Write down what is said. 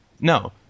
no